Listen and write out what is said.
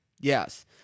Yes